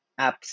apps